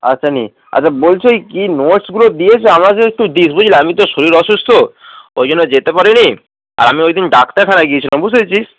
আসেনি আচ্ছা বলছি কি নোটসগুলো দিয়েছে আমাকে একটু দিস বুঝলি আমি তো শরীর অসুস্থ ওই জন্য যেতে পারি নি আর আমি একটু ডাক্তারখানায় গিয়েছিলাম বুঝেছিস